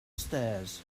stairs